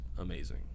amazing